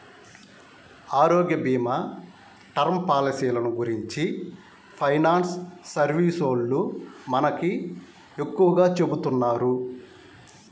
ఆరోగ్యభీమా, టర్మ్ పాలసీలను గురించి ఫైనాన్స్ సర్వీసోల్లు మనకు ఎక్కువగా చెబుతున్నారు